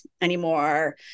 anymore